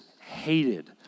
hated